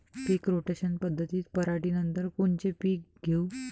पीक rotation पद्धतीत पराटीनंतर कोनचे पीक घेऊ?